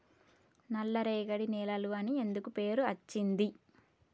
నల్లరేగడి నేలలు అని ఎందుకు పేరు అచ్చింది?